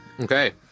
Okay